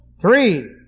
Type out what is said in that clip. Three